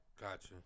Gotcha